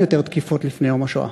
אין יותר תקיפות לפני יום השואה.